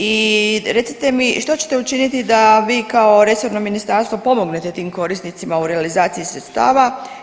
I recite mi što ćete učiniti da vi kao resorno ministarstvo pomognete tim korisnicima u realizaciji sredstava?